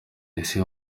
ise